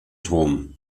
turm